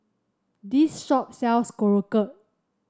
this shop sells Korokke